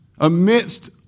amidst